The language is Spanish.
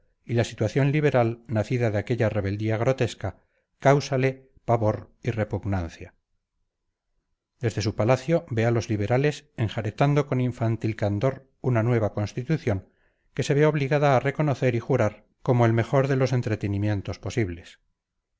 y la situación liberal nacida de aquella rebeldía grotesca cáusale pavor y repugnancia desde su palacio ve a los liberales enjaretando con infantil candor una nueva constitución que se ve obligada a reconocer y jurar como el mejor de los entretenimientos posibles